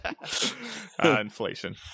Inflation